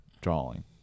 drawing